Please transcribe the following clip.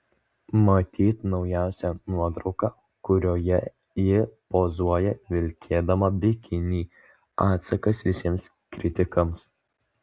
matyt naujausia nuotrauka kurioje ji pozuoja vilkėdama bikinį atsakas visiems kritikams